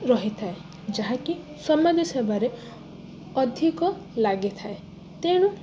ରହିଥାଏ ଯାହାକି ସମାଜ ସେବାରେ ଅଧିକ ଲାଗିଥାଏ ତେଣୁ